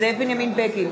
זאב בנימין בגין,